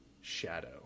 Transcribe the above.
Shadow